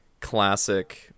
classic